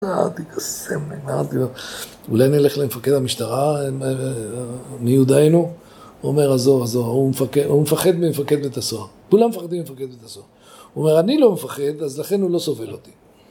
אולי אני אלך למפקד המשטרה מיודענו, הוא אומר עזוב עזוב, הוא מפחד ממפקד בית הסוהר, כולם מפחדים ממפקד בית הסוהר, הוא אומר אני לא מפחד, אז לכן הוא לא סובל אותי